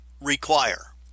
require